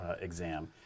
exam